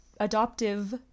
Adoptive